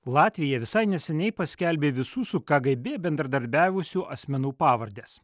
latvija visai neseniai paskelbė visų su kgb bendradarbiavusių asmenų pavardes